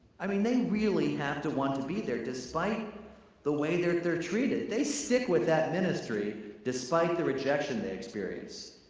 i mean, they really have to want to be there despite the way that they're treated. they stick with that ministry despite the rejection they experience.